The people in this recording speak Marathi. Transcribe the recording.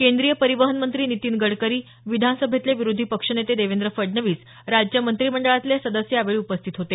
केंद्रीय परिवहन मंत्री नितीन गडकरी विधान सभेतले विरोधी पक्षनेते देवेंद्र फडणवीस राज्य मंत्रिमंडळातले सदस्य यावेळी उपस्थित होते